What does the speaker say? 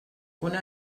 una